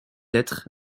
être